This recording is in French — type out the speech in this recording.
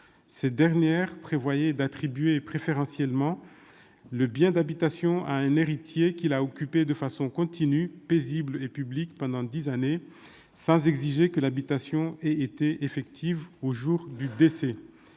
cause. Elles prévoyaient l'attribution préférentielle du bien d'habitation à un héritier l'ayant occupé de façon continue, paisible et publique pendant dix années, sans exiger que l'habitation ait été effective au jour du décès.